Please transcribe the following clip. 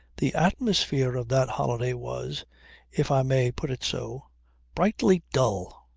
the atmosphere of that holiday was if i may put it so brightly dull.